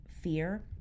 fear